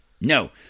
No